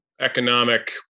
economic